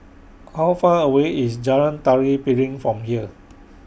How Far away IS Jalan Tari Piring from here